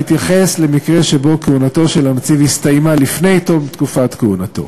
מתייחס למקרה שבו כהונתו של הנציב הסתיימה לפני תום תקופת כהונתו.